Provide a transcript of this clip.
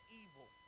evil